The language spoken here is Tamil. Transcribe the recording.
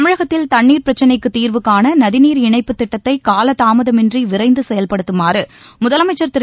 தமிழகத்தின் தண்ணீர் பிரச்சிளைக்கு தீர்வு காண நதிநீர் இணைப்புத் திட்டத்தை காலதாமதமின்றி விரைந்து செயல்படுத்துமாறு முதலமைச்சர் திரு